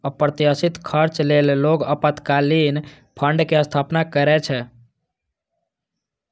अप्रत्याशित खर्च लेल लोग आपातकालीन फंड के स्थापना करै छै